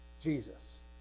jesus